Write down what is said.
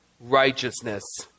righteousness